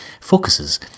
focuses